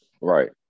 Right